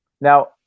Now